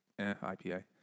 IPA